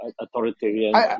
authoritarian